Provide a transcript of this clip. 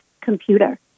computer